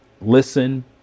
listen